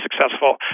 successful